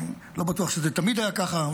אני לא בטוח שזה תמיד היה ככה,